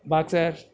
boxer